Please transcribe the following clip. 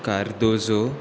Cardozo